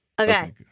Okay